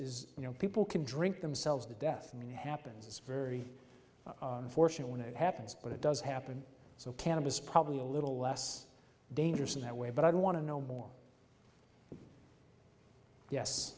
is you know people can drink themselves to death i mean it happens it's very unfortunate when it happens but it does happen so cannabis probably a little less dangerous in that way but i don't want to know more yes